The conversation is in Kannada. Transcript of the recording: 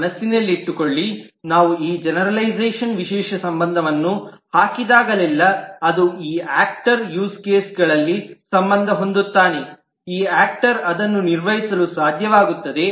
ಮನಸ್ಸಿನಲ್ಲಿಟ್ಟುಕೊಳ್ಳಿ ನಾವು ಈ ಜೆನೆರಲೈಝಷನ್ ವಿಶೇಷ ಸಂಬಂಧವನ್ನು ಹಾಕಿದಾಗಲೆಲ್ಲಾ ಅದು ಈ ಆಕ್ಟರ್ ನ ಯೂಸ್ ಕೇಸ್ಲ್ಲಿ ಸಂಬಂಧ ಹೊಂದುತ್ತಾನೆ ಈ ಆಕ್ಟರ್ನು ಅದನ್ನು ನಿರ್ವಹಿಸಲು ಸಾಧ್ಯವಾಗುತ್ತದೆ